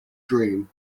dream